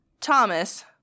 Thomas